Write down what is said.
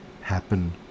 happen